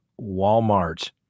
walmart